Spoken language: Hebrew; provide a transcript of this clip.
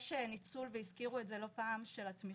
יש ניצול, והזכירו את זה לא פעם, של התמיכות.